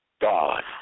god